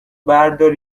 بردار